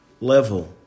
level